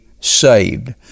saved